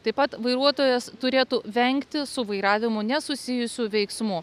taip pat vairuotojas turėtų vengti su vairavimu nesusijusių veiksmų